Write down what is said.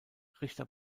richter